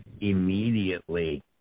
immediately